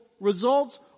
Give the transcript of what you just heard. results